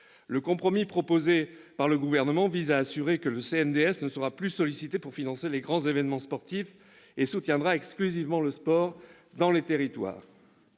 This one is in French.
Le compromis proposé par le Gouvernement vise à assurer que le CNDS ne sera plus sollicité pour financer les grands événements sportifs et soutiendra exclusivement le sport dans les territoires.